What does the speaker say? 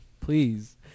Please